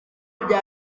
bya